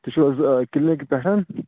تُہۍ چھِو حظ کِلنِک پٮ۪ٹھ